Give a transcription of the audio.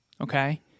okay